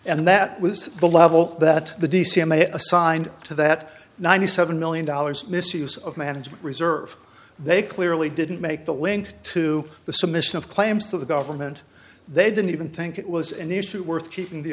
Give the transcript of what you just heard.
and that was the level that the d c m they assigned to that ninety seven million dollars misuse of management reserve they clearly didn't make the link to the submission of claims to the government they didn't even think it was an issue worth keeping the